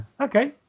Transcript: Okay